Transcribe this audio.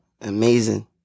Amazing